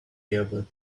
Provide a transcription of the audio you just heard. about